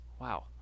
Wow